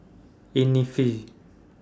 Innisfree